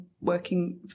working